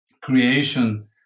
creation